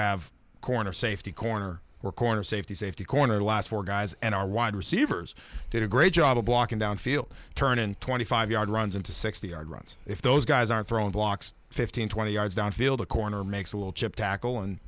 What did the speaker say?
have corner safety corner where corner safety safety corner last for guys and are wide receivers did a great job of blocking downfield turn and twenty five yard runs into sixty yard runs if those guys are thrown blocks fifteen twenty yards downfield a corner makes a little chip tackle and